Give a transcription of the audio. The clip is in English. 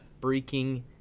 freaking